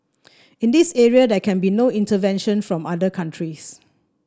and in this area there can be no intervention from other countries